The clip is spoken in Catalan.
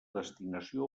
destinació